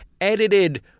edited